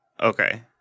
Okay